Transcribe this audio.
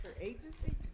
agency